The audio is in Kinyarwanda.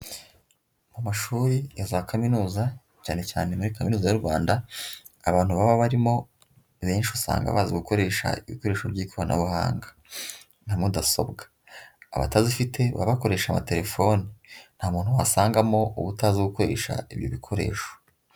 Mu mashuri ya za kaminuza cyane cyane muri kaminuza y'u Rwanda abantu baba barimo benshi usanga bazi gukoresha ibikoresho by'ikoranabuhanga na mudasobwa, abatazifite baba bakoresha amatelefone, nta muntu wasangamo uba utazi gukoresha ibi bikoresho.